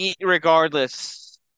Regardless